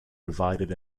divided